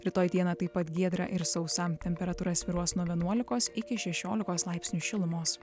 rytoj dieną taip pat giedra ir sausa temperatūra svyruos nuo vienuolikos iki šešiolikos laipsnių šilumos